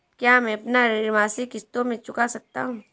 क्या मैं अपना ऋण मासिक किश्तों में चुका सकता हूँ?